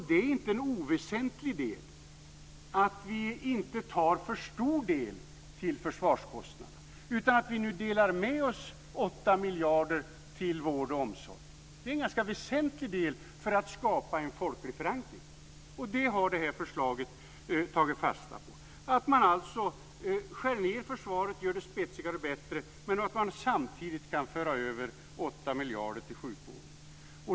Det är inte oväsentligt att vi inte tar en för stor del till försvarskostnaderna utan att vi nu delar med oss 8 miljarder till vård och omsorg. Det är ganska väsentligt för att skapa en folklig förankring, och det har detta förslag tagit fasta på. Man skär alltså ned försvaret och gör det spetsigare och bättre, samtidigt som 8 miljarder kan föras över till sjukvården.